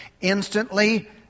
instantly